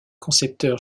concepteur